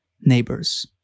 neighbors